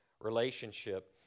relationship